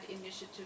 initiative